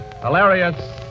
hilarious